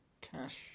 Cash